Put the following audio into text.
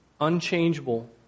unchangeable